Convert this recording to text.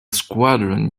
squadron